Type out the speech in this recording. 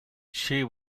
she